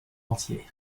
entier